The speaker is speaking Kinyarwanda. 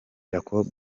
jacob